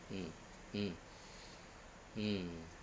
mm mm mm